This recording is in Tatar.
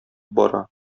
бара